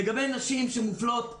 לגבי נשים שמופלות לרעה.